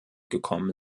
gekommen